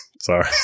Sorry